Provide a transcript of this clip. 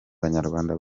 banyarwanda